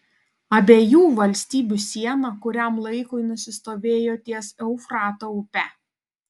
abiejų valstybių siena kuriam laikui nusistovėjo ties eufrato upe